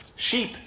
Sheep